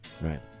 right